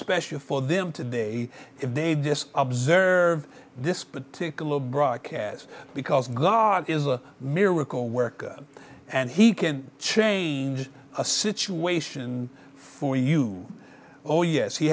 special for them today if they just observe this particular brock as because god is a miracle worker and he can change a situation for you oh yes he